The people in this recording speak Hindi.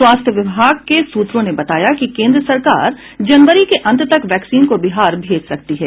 स्वास्थ्य विभाग के सूत्रों ने बताया कि केन्द्र सरकार जनवरी के अंत तक वैक्सीन को बिहार भेज सकती है